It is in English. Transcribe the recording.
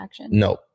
no